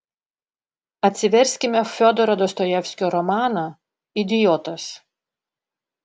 atsiverskime fiodoro dostojevskio romaną idiotas